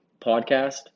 podcast